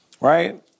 right